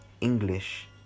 English